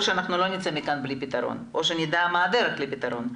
שלא נצא מכאן בלי פתרון או שנדע מה הדרך לפתרון.